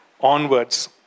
onwards